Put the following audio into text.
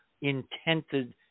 intended